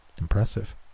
Impressive